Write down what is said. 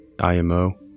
IMO